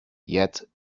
yet